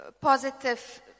positive